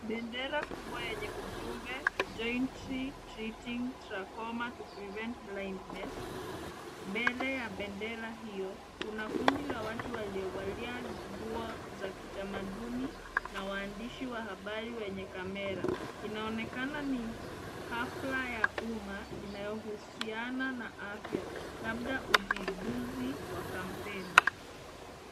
Bendera kubwa yenye ujumbe Jointly Treating Trachoma to Prevent Blindness . Mbele ya bendera hiyo kuna kundi la watu waliovalia nguo za kitamaduni na waandishi wa habari wenye kamera. Inaonekana ni hafla ya umma inayohusiana na afya labda uzinduzi wa kampeni.